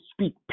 speak